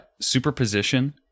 superposition